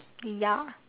ya